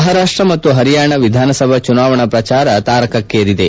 ಮಹಾರಾಷ್ಟ್ ಮತ್ತು ಹರಿಯಾಣ ವಿಧಾನಸಭಾ ಚುನಾವಣಾ ಪ್ರಚಾರ ತಾರಕಕ್ನೇರಿದೆ